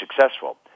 successful